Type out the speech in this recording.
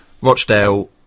Rochdale